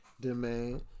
Demand